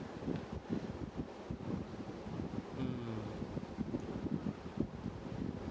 mm